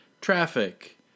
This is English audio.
traffic